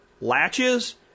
latches